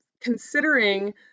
considering